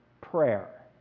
Prayer